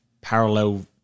parallel